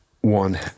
one